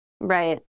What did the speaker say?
Right